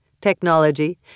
technology